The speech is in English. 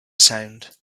sound